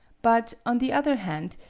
but, on the other hand,